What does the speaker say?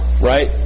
right